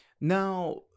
Now